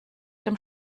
dem